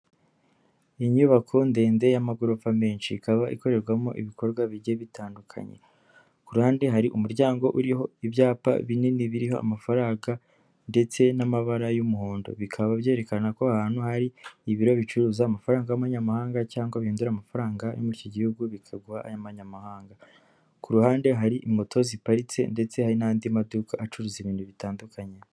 Inyubako ndende y'amagorofa menshi, ikaba ikorerwamo ibikorwa bijye bitandukanye. Ku ruhande hari umuryango uriho ibyapa binini biriho amafaranga ndetse n'amabara y'umuhondo. Bikaba byerekana ko aha hantu hari ibiro bicuruza amafaranga y'abanyamahanga cyangwa bihindura amafaranga yo muri iki gihugu bikaguha ay'amanyamahanga. Ku ruhande hari moto ziparitse ndetse hari n'andi maduka acuruza ibintu bitandukanye.